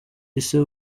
meghan